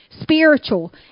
spiritual